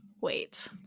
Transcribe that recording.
wait